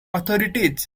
authorities